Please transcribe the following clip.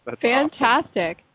Fantastic